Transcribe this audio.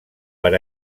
per